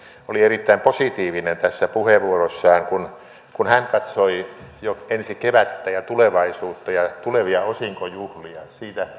oli erittäin positiivinen tässä puheenvuorossaan kun kun hän katsoi jo ensi kevättä ja tulevaisuutta ja ja tulevia osinkojuhlia